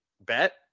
bet